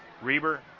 Reber